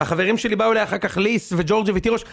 החברים שלי באו אליה אחר כך, ליס וג'ורג'ה ותירוש.